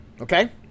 Okay